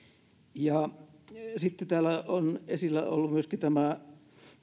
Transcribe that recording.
sitten täällä on esillä ollut myöskin konkurssimahdollisuus